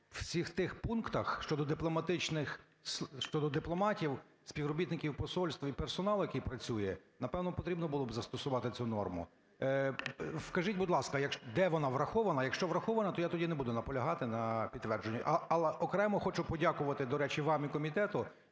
тих пунктах щодо дипломатів, співробітників посольств і персоналу, який працює, напевно, потрібно було б застосувати цю норму. Скажіть, будь ласка, де вона врахована. Якщо врахована, то я тоді не буду наполягати на підтвердженні. Але окремо хочу подякувати, до речі, вам і комітету,